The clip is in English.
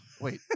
Wait